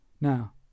Now